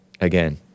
again